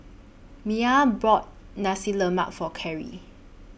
Maia bought Nasi Lemak For Carry